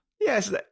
yes